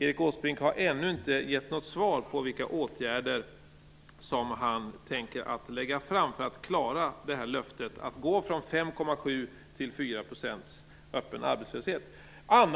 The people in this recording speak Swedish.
Erik Åsbrink har ännu inte givit något svar på vilka åtgärder han tänker lägga fram för att klara det här löftet att gå från 5,7 till 4 procents öppen arbetslöshet. Men